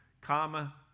comma